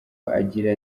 agira